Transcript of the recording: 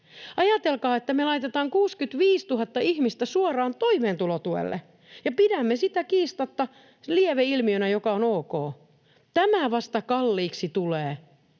ajatelkaa, me laitetaan 65 000 ihmistä suoraan toimeentulotuelle, ja pidämme sitä kiistatta lieveilmiönä, joka on ok. Tämä vasta kalliiksi tulee